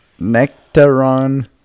Nectaron